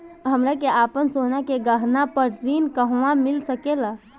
हमरा के आपन सोना के गहना पर ऋण कहवा मिल सकेला?